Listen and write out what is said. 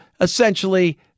essentially